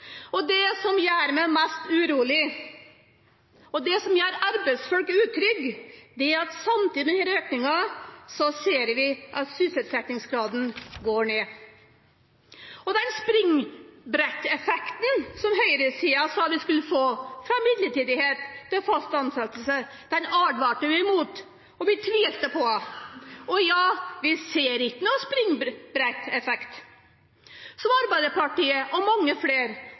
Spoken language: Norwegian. årene. Det som gjør meg mest urolig, og det som gjør arbeidsfolk utrygge, er at samtidig med denne økningen ser vi at sysselsettingsgraden går ned. Den springbretteffekten som høyresiden sa vi skulle få fra midlertidighet til fast ansettelse, advarte vi mot og tvilte på, og vi ser heller ingen springbretteffekt. Som Arbeiderpartiet og mange